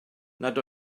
nad